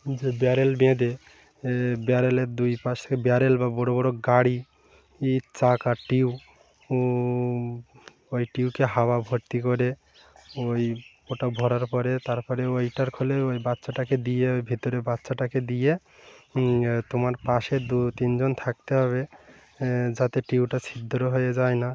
যে ব্যারেল বেঁধে ব্যারেলের দুই পাশে ব্যারেল বা বড়ো বড়ো গাড়ি ই চাকা টিউব ওই টিউবকে হাওয়া ভর্তি করে ওই ওটা ভরার পরে তারপরে ওইটার খোলে ওই বাচ্চাটাকে দিয়ে ওই ভিতরে বাচ্চাটাকে দিয়ে তোমার পাশে দু তিনজন থাকতে হবে যাতে টিউটা ছিদ্র হয়ে যায় না